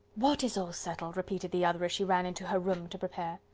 what is all settled? repeated the other, as she ran into her room to prepare.